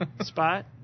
Spot